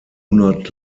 not